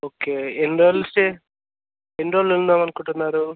okay ఎన్ని రోజులు stay ఎన్ని రోజులు ఉందామని అనుకుంటున్నారు